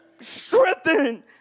strengthen